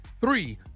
three